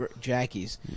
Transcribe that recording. Jackies